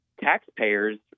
taxpayers